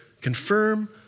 confirm